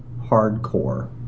hardcore